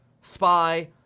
SPY